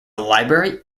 library